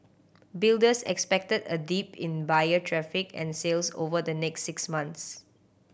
builders expected a dip in buyer traffic and sales over the next six months